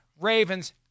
Ravens